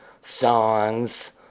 songs